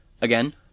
Again